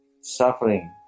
suffering